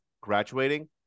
graduating